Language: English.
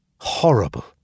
Horrible